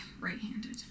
Right-handed